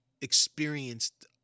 experienced